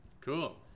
Cool